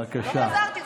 בבקשה.